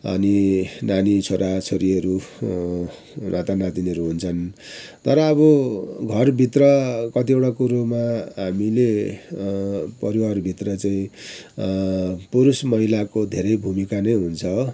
अनि नानी छोरा छोरीहरू नाता नातिनीहरू हुन्छन् तर अब घरभित्र कतिवटा कुरोमा हामीले परिवारभित्र चाहिँ पुरुष महिलाको धेरै भूमिका नै हुन्छ